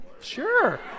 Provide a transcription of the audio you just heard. sure